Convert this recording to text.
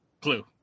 Clue